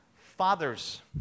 Fathers